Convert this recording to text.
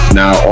now